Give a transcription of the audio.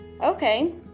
Okay